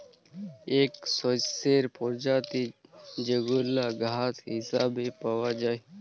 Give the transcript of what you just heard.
ইক শস্যের পরজাতি যেগলা ঘাঁস হিছাবে পাউয়া যায়